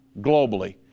globally